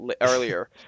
earlier